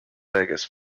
vegas